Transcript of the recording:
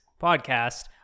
podcast